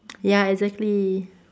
ya exactly